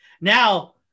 Now